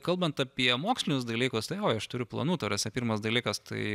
kalbant apie mokslinius dalykus tai oi aš turiu planų ta prasme pirmas dalykas tai